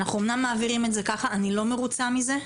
אנחנו אמנם מעבירים את זה ככה אבל אני לא מרוצה מזה.